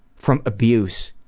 from abuse.